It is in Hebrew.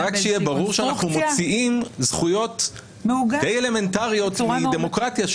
שיהיה ברור שאנחנו מוציאים זכויות די אלמנטריות מדמוקרטיה,